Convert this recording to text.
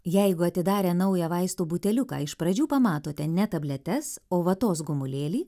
jeigu atidarę naują vaistų buteliuką iš pradžių pamatote ne tabletes o vatos gumulėlį